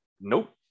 Nope